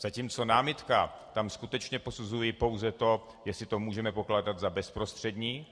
Zatímco námitka, tam skutečně posuzuji pouze to, jestli to můžeme pokládat za bezprostřední.